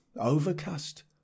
overcast